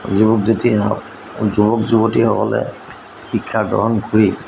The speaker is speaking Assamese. যুৱক জ্যোতি যুৱক যুৱতীসকলে শিক্ষা গ্ৰহণ কৰি